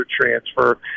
transfer